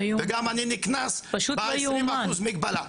אני גם נקנס ב-20% מגבלה.